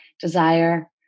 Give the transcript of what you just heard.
desire